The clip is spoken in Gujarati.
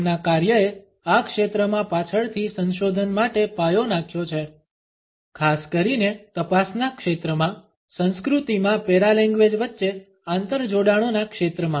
તેમના કાર્યએ આ ક્ષેત્રમાં પાછળથી સંશોધન માટે પાયો નાખ્યો છે ખાસ કરીને તપાસના ક્ષેત્રમાં સંસ્કૃતિમાં પેરાલેંગ્વેજ વચ્ચે આંતર જોડાણોના ક્ષેત્રમા